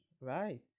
right